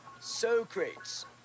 Socrates